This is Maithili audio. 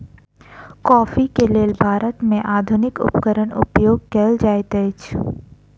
कॉफ़ी के लेल भारत में आधुनिक उपकरण उपयोग कएल जाइत अछि